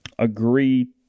agree